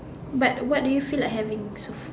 but what do you feel like having so